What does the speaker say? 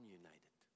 united